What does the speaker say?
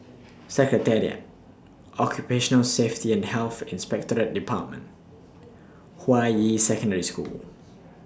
Secretariat Occupational Safety and Health Inspectorate department Hua Yi Secondary School